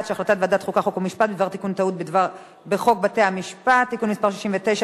ההחלטה בדבר תיקון טעות בחוק בתי-המשפט (תיקון מס' 69),